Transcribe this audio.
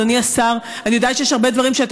אדוני השר אני יודעת שיש הרבה דברים שאתה